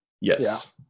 Yes